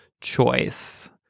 choice